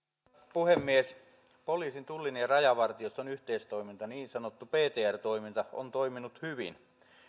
puhemies poliisin tullin ja rajavartioston yhteistoiminta niin sanottu ptr toiminta on toiminut hyvin